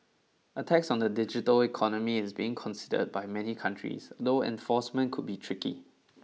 a tax on the digital economy is being considered by many countries although enforcement could be tricky